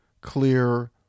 clear